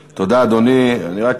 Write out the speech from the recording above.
אדוני, תודה.